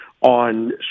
on